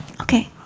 okay